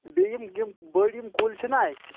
بیٚیہِ یِم یِم بٔڑۍ کُلۍ چھِ نہ اَسہِ